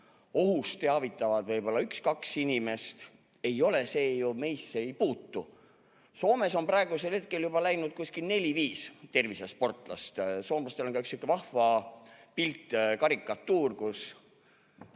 ohust teavitab võib-olla üks-kaks inimest, see meisse ei puutu. Soomes on praegusel hetkel juba läinud kuskil neli-viis tervisesportlast. Soomlastel on ka üks sihuke vahva pilt, karikatuur,